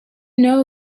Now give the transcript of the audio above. know